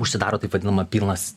užsidaro taip vadinama pilnas